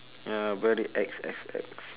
ya very ex ex ex